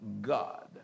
God